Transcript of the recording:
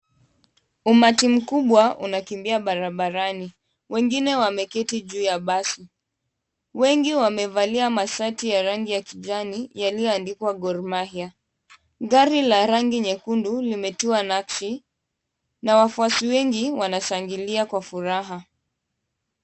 Umati mkubwa unakimbia barabarani wengine wameketi juu ya basi. Wengi wamevalia mashati ya rangi ya kijani yaliyoandikwa Gor Mahia. Gari la rangi nyekundu limetiwa nakshi na wafuasi wengi wanashangilia kwa furaha.